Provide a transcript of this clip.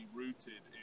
rooted